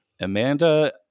Amanda